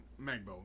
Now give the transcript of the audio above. Magbo